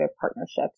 partnerships